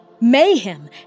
mayhem